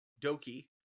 Doki